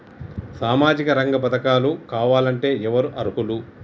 సామాజిక రంగ పథకాలు కావాలంటే ఎవరు అర్హులు?